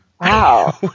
Wow